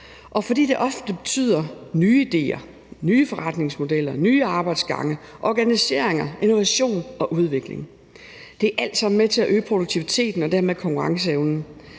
og fordi det ofte betyder nye idéer, nye forretningsmodeller, nye arbejdsgange, organiseringer, innovation og udvikling. Det er alt sammen med til at øge produktiviteten og dermed konkurrenceevnen.